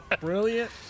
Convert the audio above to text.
Brilliant